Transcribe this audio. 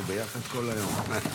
אנחנו ביחד כל היום.